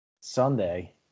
Sunday